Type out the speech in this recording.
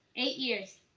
eight years.